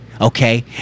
Okay